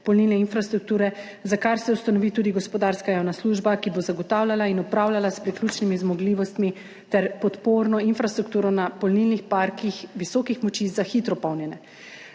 polnilne infrastrukture, za kar se ustanovi tudi gospodarska javna služba, ki bo zagotavljala in upravljala s priključnimi zmogljivostmi ter podporno infrastrukturo na polnilnih parkih visokih moči za hitro polnjenje.